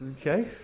Okay